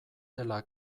zela